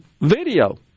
video